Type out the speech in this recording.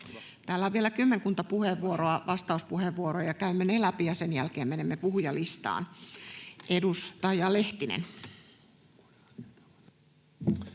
Täällä on vielä kymmenkunta vastauspuheenvuoroa, käymme ne läpi, ja sen jälkeen menemme puhujalistaan. — Edustaja Lehtinen.